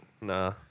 Nah